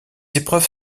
épreuves